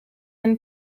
and